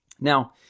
Now